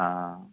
हा